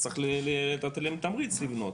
אז צריך לתת להם תמריץ לבנות,